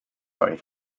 oedd